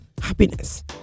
happiness